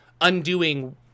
undoing